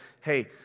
hey